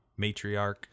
matriarch